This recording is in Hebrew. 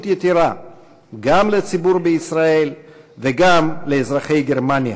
יתרה גם לציבור בישראל וגם לאזרחי גרמניה